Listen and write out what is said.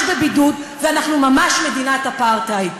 בבידוד ואנחנו ממש מדינת אפרטהייד.